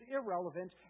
irrelevant